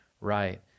right